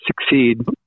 succeed